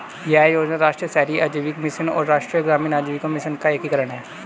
यह योजना राष्ट्रीय शहरी आजीविका मिशन और राष्ट्रीय ग्रामीण आजीविका मिशन का एकीकरण है